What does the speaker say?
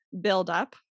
buildup